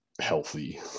healthy